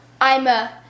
Ima